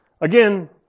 Again